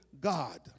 God